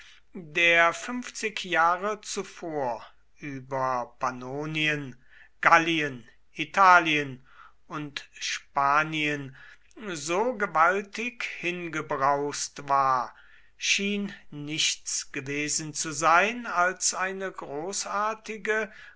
der fünfzig jahre zuvor über pannonien gallien italien und spanien so gewaltig hingebraust war schien nichts gewesen zu sein als eine großartige